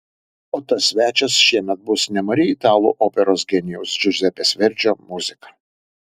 o tas svečias šįmet bus nemari italų operos genijaus džiuzepės verdžio muzika